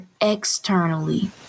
externally